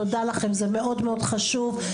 תודה לכם זה מאוד מאוד חשוב,